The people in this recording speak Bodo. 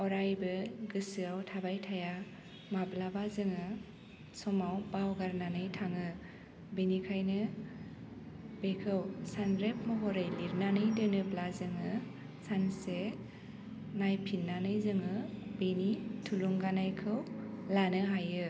अरायबो गोसोयाव थाबाय थाया माब्लाबा जोङो समाव बावगारनानै थाङो बेनिखायनो बेखौ सानरेब महरै लिरनानै दोनोब्ला जोङो सानसे नायफिन्नानै जोङो बेनि थुलुंगानायखौ लानो हायो